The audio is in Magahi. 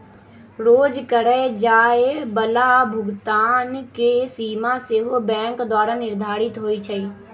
रोज करए जाय बला भुगतान के सीमा सेहो बैंके द्वारा निर्धारित होइ छइ